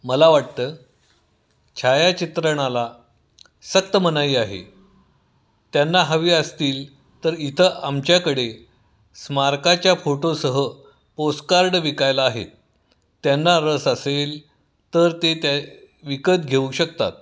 मला वाटतं छायाचित्रणाला सक्त मनाई आहे त्यांना हवी असतील तर इथं आमच्याकडे स्मारकाच्या फोटोसह पोस्टकार्ड विकायला आहेत त्यांना रस असेल तर ते त्या विकत घेऊ शकतात